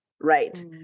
Right